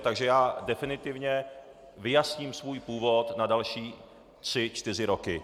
Takže já definitivně vyjasním svůj původ na další tři čtyři roky.